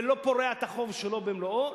ולא פורע את החוב שלו במלואו,